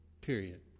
Period